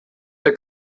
der